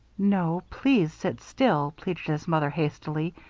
no, please sit still, pleaded his mother, hastily.